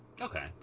okay